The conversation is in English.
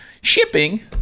shipping